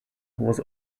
was